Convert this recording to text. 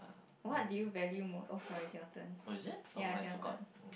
what did you value most oh sorry it's your turn ya it's your turn